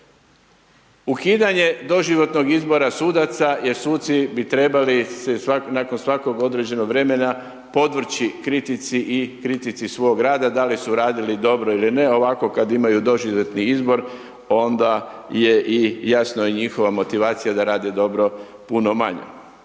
Ukidanje doživotnog izbora sudaca jer suci bi trebali se nakon svakog određenog vremena, podvrći kritici i kritici svog rada, da li su radili dobro ili ne, ovako kad imaju doživotni izbor, onda je i jasno i njihova motivacija da rade dobro puno manja.